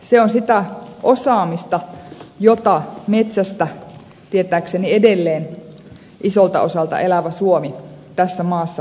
se on sitä osaamista jota metsästä tietääkseni edelleen isolta osalta elävä suomi tässä maassa tarvitsee